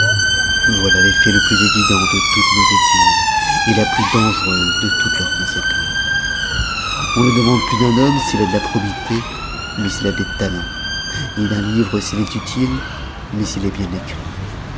voilà l'effet le plus évident de toutes nos études la plus dangereuse de toutes leurs conséquences on ne demande plus d'un homme s'il a de la probité mais s'il a des talents ni d'un livre s'il est utile mais s'il est bien écrit